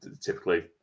typically